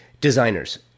Designers